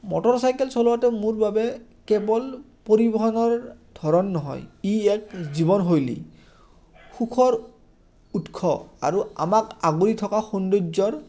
motorcycle চলোৱাটো মোৰ বাবে কেৱল পৰিবহণৰ ধৰণ নহয় ই এক জীৱনশৈলী সুখৰ উৎস আৰু আমাক আগুৰি থকা সৌন্দৰ্যৰ